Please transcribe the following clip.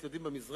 אתם יודעים, במזרח